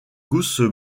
gousses